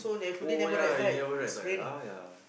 oh ya we never write back ah ya